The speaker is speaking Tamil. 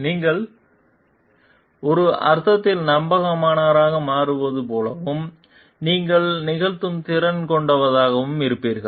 எனவே நீங்கள் ஒரு அர்த்தத்தில் நம்பகமானவராக மாறுவது போலவும் நீங்கள் நிகழ்த்தும் திறன் கொண்டவராகவும் இருக்கிறீர்கள்